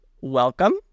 Welcome